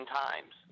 times